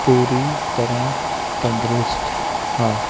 ਪੂਰੀ ਤਰ੍ਹਾਂ ਤੰਦਰੁਸਤ ਹਾਂ